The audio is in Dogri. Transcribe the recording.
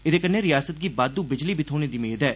एहदे कन्नै रिआसत गी बाद्दू बिजली बी थ्होने दी मेद ऐ